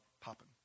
popping